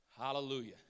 Hallelujah